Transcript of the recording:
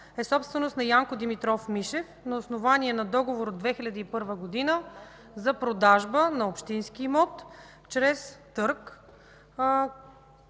е собственост на Янко Димитров Мишев на основание на договор от 2001 г. за продажба на общински имот чрез търг.